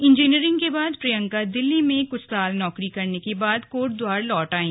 इंजीनियरी के बाद प्रियंका दिल्ली में कुछ साल नौकरी करने के बाद कोटद्वार लौट आयी